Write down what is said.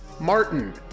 Martin